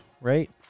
right